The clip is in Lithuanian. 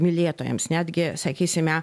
mylėtojams netgi sakysime